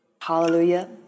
Hallelujah